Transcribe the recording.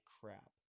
crap